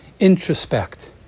introspect